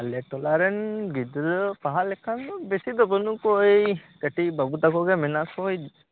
ᱟᱞᱮ ᱴᱚᱞᱟᱨᱮᱱ ᱜᱤᱫᱽᱨᱟ ᱯᱟᱲᱦᱟᱜ ᱞᱮᱠᱟᱱ ᱫᱚ ᱰᱮᱥᱤ ᱫᱚ ᱵᱟ ᱱᱩᱜ ᱠᱚᱣᱟ ᱮᱭ ᱠᱟ ᱴᱤᱡ ᱵᱟ ᱵᱩ ᱛᱟᱠᱚ ᱜᱮ ᱢᱮᱱᱟᱜ ᱠᱚᱣᱟ ᱮᱭ